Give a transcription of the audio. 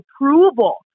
approval